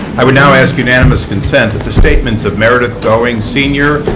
i would now ask unanimous consent the statements of meredith going sr.